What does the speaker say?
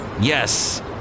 Yes